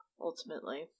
ultimately